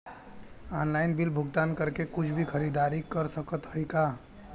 Online bill भुगतान करके कुछ भी खरीदारी कर सकत हई का?